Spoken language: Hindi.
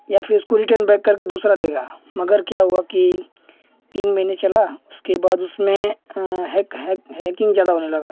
या फिर उसको रिटर्न बैक करके दूसरा देगी मगर क्या हुआ कि तीन महीने चला उसके बाद उसमें हैक हैक हैकिन्ग ज़्यादा होने लगी